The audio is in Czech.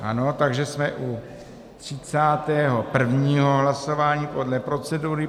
Ano, takže jsme u třicátého prvního hlasování podle procedury.